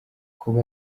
kuba